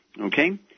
okay